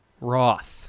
roth